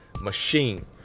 machine